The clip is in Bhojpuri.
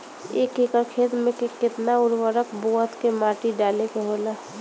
एक एकड़ खेत में के केतना उर्वरक बोअत के माटी डाले के होला?